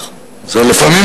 לפעמים,